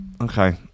Okay